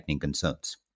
concerns